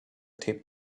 taped